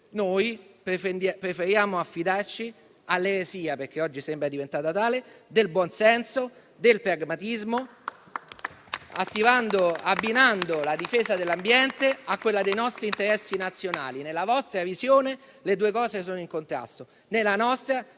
noi preferiamo affidarci all'eresia, che oggi sembra diventata tale, del buon senso e del pragmatismo, abbinando la difesa dell'ambiente a quella dei nostri interessi nazionali. Nella vostra visione le due cose sono in contrasto;